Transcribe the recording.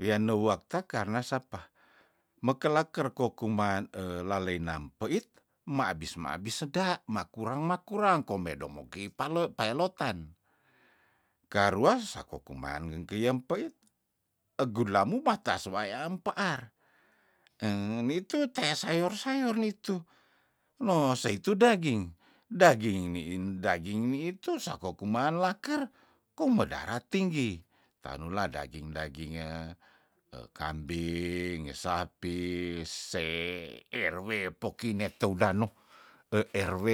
Wian nuak ta karna sapa mekelaker ko kuman elaleina mpeit mabis- mabis seda makurang- makurang komedo mokei pale pailotan karua sako kuman ngengkei nyempeit egulamu matas wae empear eng nitu tea sayor- sayor nitu noh seitu daging daging ini in daging ini itu soko kuman laker kome dara tinggi tanula daging- daging ekambing esapi se rw poki ne toudano eh rw